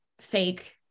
fake-